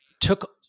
took